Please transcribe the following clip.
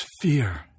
fear